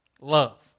love